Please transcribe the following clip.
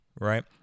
right